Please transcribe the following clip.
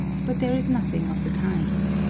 but there is nothing of the kind.